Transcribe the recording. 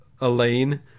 Elaine